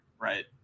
right